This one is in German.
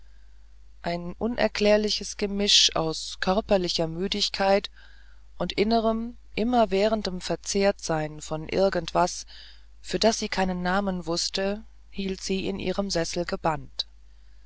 ein unerträgliches gemisch aus körperlicher müdigkeit und innerem immerwährendem verzehrtsein von irgend etwas für das sie keinen namen wußte hielt sie in ihren sessel gebannt